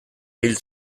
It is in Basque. hil